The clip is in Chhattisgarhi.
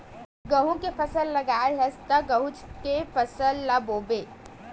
गहूँ के फसल लगाए हस त गहूँच के फसल ल लूबे